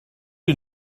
you